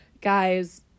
guys